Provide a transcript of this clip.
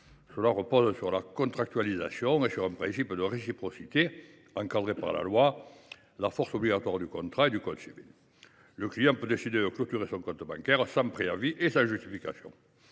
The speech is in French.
relation repose sur la contractualisation et sur un principe de réciprocité encadré par la loi, la force obligatoire du contrat et le code civil. Le client peut clôturer son compte bancaire sans préavis et sans justification.